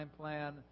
plan